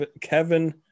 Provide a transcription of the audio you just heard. Kevin